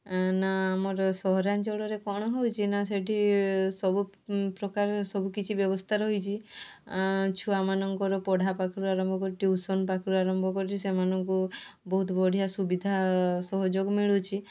ନା ଆମର ସହରାଞ୍ଚଳରେ କ'ଣ ହେଉଛି ନା ସେଠି ସବୁ ପ୍ରକାର ସବୁକିଛି ବ୍ୟବସ୍ଥା ରହିଛି ଛୁଆମାନଙ୍କର ପଢ଼ାପାଖରୁ ଆରମ୍ଭ କରି ଟ୍ୟୁସନ୍ ପାଖରୁ ଆରମ୍ଭ କରି ସେମାନଙ୍କୁ ବହୁତ ବଢ଼ିଆ ସୁବିଧା ସହଯୋଗ ମିଳୁଛି